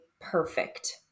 perfect